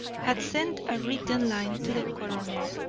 had sent a written line to the coroner,